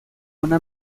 una